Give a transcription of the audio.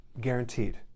guaranteed